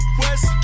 west